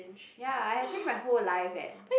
ya I have fringe my whole life eh